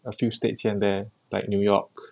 a few states here and there like new york